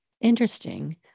Interesting